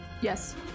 Yes